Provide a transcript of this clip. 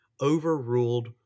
overruled